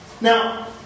Now